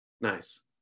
Nice